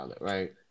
right